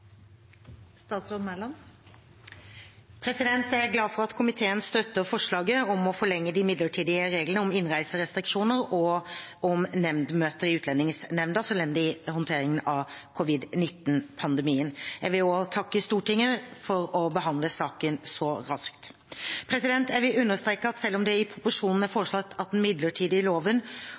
glad for at komiteen støtter forslaget om å forlenge de midlertidige reglene om innreiserestriksjoner og om nemndmøter i Utlendingsnemnda som ledd i håndteringen av covid-19-pandemien. Jeg vil også takke Stortinget for å behandle saken så raskt. Jeg vil understreke at selv om det i proposisjonen er foreslått at den midlertidige loven